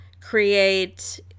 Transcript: create